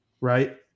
right